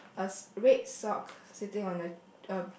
a red sock sitting on a uh